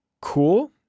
cool